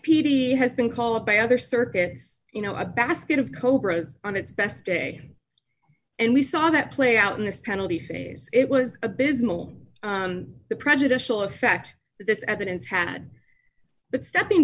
v has been called by other circuits you know a basket of cobra's on its best day and we saw that play out in this penalty phase it was abysmal the prejudicial effect this evidence had but stepping